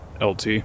LT